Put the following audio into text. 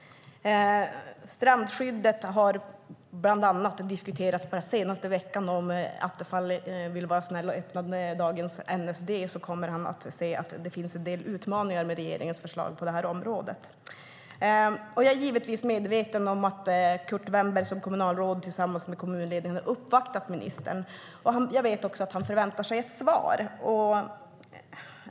Strandskyddet har diskuterats den senaste veckan. Om Attefall öppnar dagens NSD kommer han att se att det finns en del utmaningar när det gäller regeringens förslag på det området. Jag är givetvis medveten om att kommunalrådet Kurt Wennberg tillsammans med kommunledningen har uppvaktat ministern. Jag vet också att han förväntar sig ett svar.